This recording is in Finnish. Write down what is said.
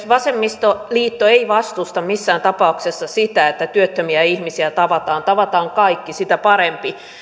vasemmistoliitto ei vastusta missään tapauksessa sitä että työttömiä ihmisiä tavataan tavataan kaikki sitä parempi